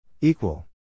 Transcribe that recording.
Equal